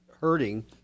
hurting